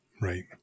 right